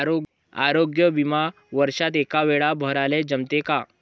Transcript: आरोग्य बिमा वर्षात एकवेळा भराले जमते का?